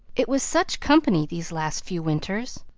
it was such company these last few winters.